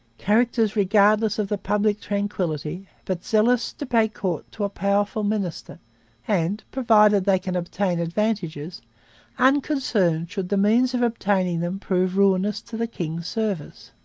characters regardless of the public tranquility but zealous to pay court to a powerful minister and provided they can obtain advantages unconcerned should the means of obtaining them prove ruinous to the king's service